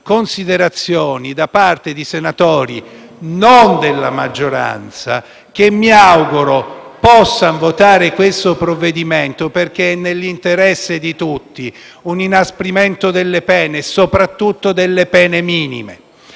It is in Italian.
considerazioni da parte di senatori non della maggioranza, che mi auguro possano votare questo provvedimento, perché è nell'interesse di tutti un inasprimento delle pene e soprattutto delle pene minime.